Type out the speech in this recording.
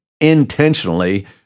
intentionally